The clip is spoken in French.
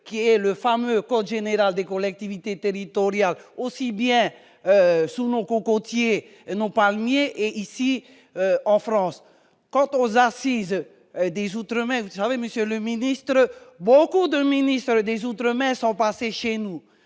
qui est le fameux code général des collectivités territoriales, aussi bien sous le nom pour continuer et non palmiers et ici en France, quand aux assises des Outre-mer vous savez Monsieur le ministre, beaucoup d'un ministre des Outre-sont passés chez nous,